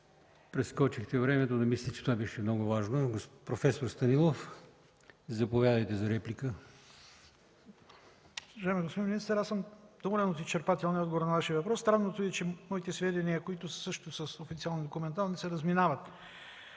Прескочихте времето, но мисля, че това беше много важно. Професор Станилов, заповядайте за реплика. СТАНИСЛАВ СТАНИЛОВ (Атака): Уважаеми господин министър, аз съм доволен от изчерпателния Ви отговор на въпроса. Странното е, че моите сведения, които също са официални, документални, се разминават